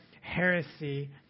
heresy